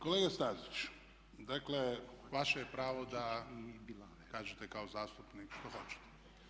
Kolega Stazić, dakle vaše je pravo da kažete kao zastupnik što hoćete.